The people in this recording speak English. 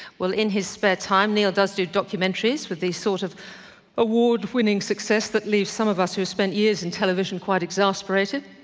well in his spare time, niall does do documentaries with the sort of award-winning success that leaves some of us who have years in television quite exasperated.